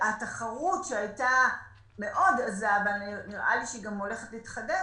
התחרות שהייתה מאוד עזה, ונראה לי שהולכת להתחדש,